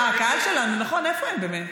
הקהל שלנו, נכון, איפה הם באמת?